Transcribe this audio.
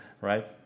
right